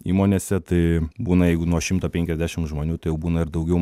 įmonėse tai būna jeigu nuo šimto penkiasdešim žmonių tai jau būna ir daugiau